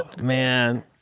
man